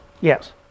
Yes